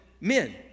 men